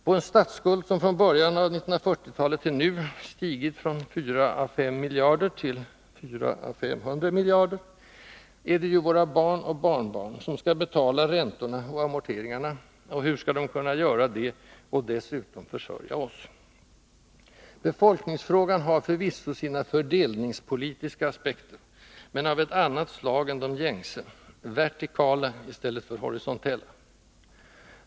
På en statsskuld, som från början av 1940-talet till nu stigit från 4 å 5 miljarder till 400 å 500 miljarder, är det ju våra barn och barnbarn som skall betala räntorna och amorteringarna. Hur skall de kunna göra det och dessutom försörja oss? Befolkningsfrågan har förvisso sina ”fördelningspolitiska” aspekter, men de är av ett annat slag än de gängse: vertikala i stället för horisontella.